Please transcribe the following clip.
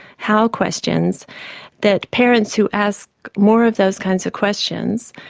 how questions that parents who ask more of those kinds of questions.